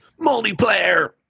multiplayer